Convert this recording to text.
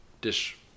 dish